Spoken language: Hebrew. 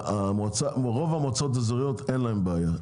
שרוב המועצות האזוריות אין להן בעיה,